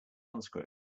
unscrew